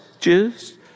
Jews